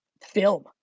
film